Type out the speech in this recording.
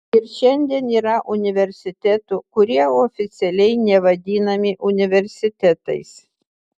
ir šiandien yra universitetų kurie oficialiai nevadinami universitetais